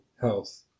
health